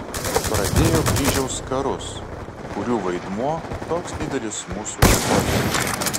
pradėjo kryžiaus karus kurių vaidmuo toks didelis mūsų istorijoje